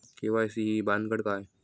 KYC ही भानगड काय?